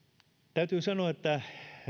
täytyy sanoa että